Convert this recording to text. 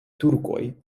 turkoj